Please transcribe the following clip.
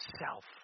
self